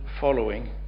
following